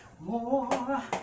more